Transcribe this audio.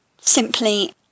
simply